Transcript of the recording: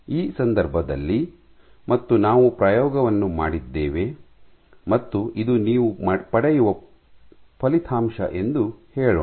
ಈ ಸಂದರ್ಭದಲ್ಲಿ ಮತ್ತು ನಾವು ಪ್ರಯೋಗವನ್ನು ಮಾಡಿದ್ದೇವೆ ಮತ್ತು ಇದು ನೀವು ಪಡೆಯುವ ಫಲಿತಾಂಶ ಎಂದು ಹೇಳೋಣ